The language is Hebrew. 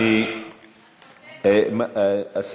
את פתטית.